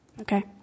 Okay